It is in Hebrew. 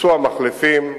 ביצוע מחלפים,